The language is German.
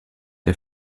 der